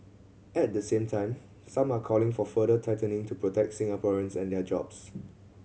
at the same time some are calling for further tightening to protect Singaporeans and their jobs